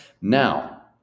Now